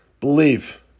Believe